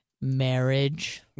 marriage